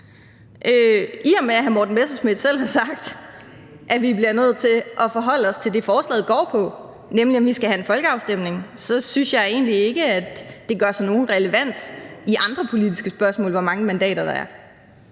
I og med at hr. Morten Messerschmidt selv har sagt, at vi bliver nødt til at forholde os til det, som forslaget går på, nemlig om vi skal have en folkeafstemning, så synes jeg egentlig ikke, at det gør sig relevant i andre politiske spørgsmål, hvor mange mandater der er.